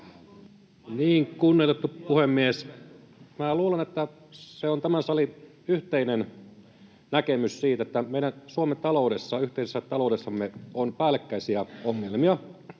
Kunnioitettu puhemies! Minä luulen, että on tämän salin yhteinen näkemys, että meidän Suomen taloudessa, yhteisessä taloudessamme, on päällekkäisiä ongelmia.